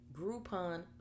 Groupon